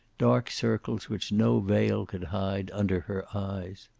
dark circles which no veil could hide under her eyes.